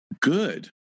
Good